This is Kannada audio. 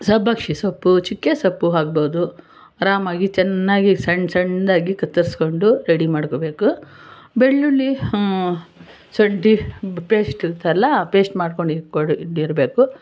ಸಬ್ಬಸಿಗೆ ಸೊಪ್ಪು ಚುಕ್ಕೆ ಸೊಪ್ಪು ಹಾಕ್ಬೋದು ಆರಾಮಾಗಿ ಚೆನ್ನಾಗಿ ಸಣ್ಣ ಸಣ್ಣದಾಗಿ ಕತ್ತರ್ಸ್ಕೊಂಡು ರೆಡಿ ಮಾಡ್ಕೋಬೇಕು ಬೆಳ್ಳುಳ್ಳಿ ಶುಂಠಿ ಪೇಸ್ಟ್ ಇರ್ತಲ್ಲ ಆ ಪೇಸ್ಟ್ ಮಾಡ್ಕೊಂಡು ಇಟ್ಕೊಂಡಿರ್ಬೇಕು